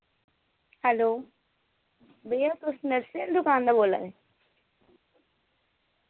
hello भैया तुस nursery आह्ली दुकान दा बोल्ला दे